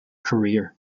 career